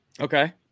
okay